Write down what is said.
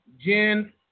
Jen